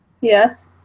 yes